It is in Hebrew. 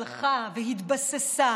הלכה והתבססה,